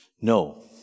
No